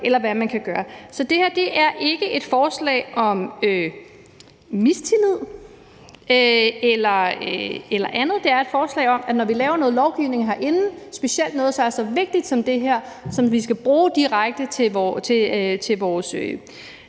eller hvad man ellers kan gøre. Så det her er ikke et forslag, der handler om mistillid eller andet i den dur. Men når vi laver noget lovgivning herinde, specielt noget, der er så vigtigt som det her, og som vi skal bruge direkte til at